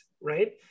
right